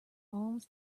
alms